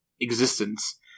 existence